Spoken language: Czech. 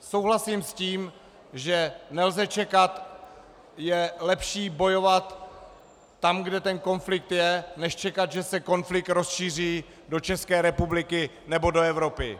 Souhlasím s tím, že nelze čekat, je lepší bojovat tam, kde ten konflikt je, než čekat, že se konflikt rozšíří do České republiky nebo do Evropy.